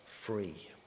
free